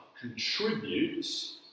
contributes